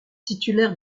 titulaire